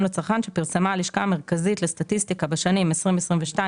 לצרכן שפרסמה הלשכה המרכזית לסטטיסטיקה בשנים 2022,